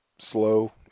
slow